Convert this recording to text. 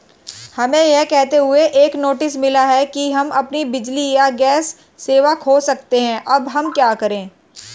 हमें यह कहते हुए एक नोटिस मिला कि हम अपनी बिजली या गैस सेवा खो सकते हैं अब हम क्या करें?